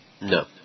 No